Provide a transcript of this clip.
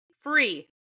free